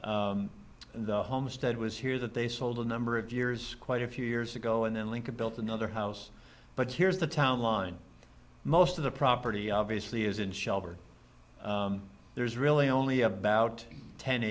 and homestead was here that they sold a number of years quite a few years ago and then lincoln built another house but here's the town line most of the property obviously is in shelves or there's really only about ten